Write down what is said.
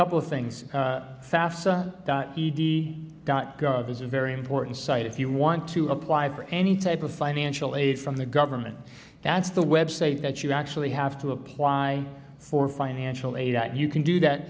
couple things fafsa e d dot gov is a very important site if you want to apply for any type of financial aid from the government that's the website that you actually have to apply for financial aid that you can do that